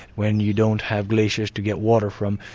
when you don't have glaciers to get water from,